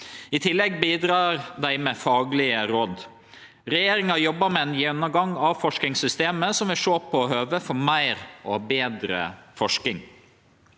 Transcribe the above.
I tillegg bidreg dei med faglege råd. Regjeringa jobbar med ein gjennomgang av forskingssystemet, som vil sjå på høvet for meir og betre forsking.